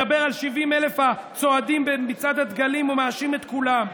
מדבר על 70,000 הצועדים במצעד הדגלים ומאשים את כולם.